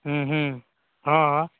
ह्म्म ह्म्म हँ हँ